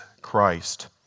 Christ